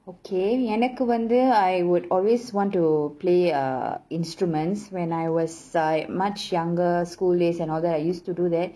okay எனக்கு வந்து:enakku vanthu I would always want to play uh instruments when I was like much younger school days and all that I used to do that